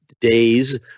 days